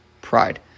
pride